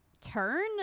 turn